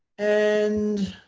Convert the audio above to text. and